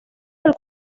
del